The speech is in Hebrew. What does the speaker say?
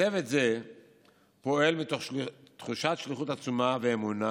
צוות זה פועל מתוך תחושת שליחות עצומה ואמונה